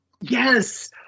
Yes